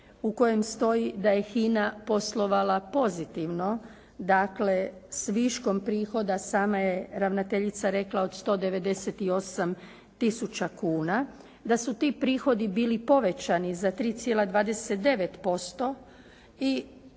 u kojem stoji da je HINA poslovala pozitivno, dakle s viškom prihoda sama je ravnateljica rekla od 198 tisuća kuna, da su ti prihodi bili povećani za 3,29% i